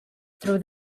through